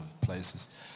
places